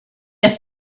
his